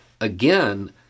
Again